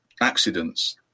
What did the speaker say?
accidents